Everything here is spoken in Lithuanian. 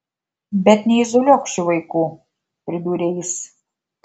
bet neizoliuok šių vaikų pridūrė jis